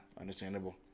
understandable